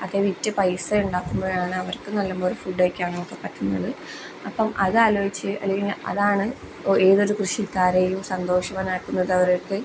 അത് ഒക്കെ വിറ്റ് പൈസ ഉണ്ടാക്കുമ്പോഴാണ് അവർക്ക് നല്ല പോലെ ഫുഡ് കഴിക്കാനൊക്കെ പറ്റുന്നത് അപ്പം അത്താലോചിച്ച് അല്ലെങ്കിൽ അതാണ് ഏതൊരു കൃഷിക്കാരെയും സന്തോഷവനാക്കുന്നത് അവർക്ക്